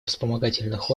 вспомогательных